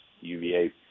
UVA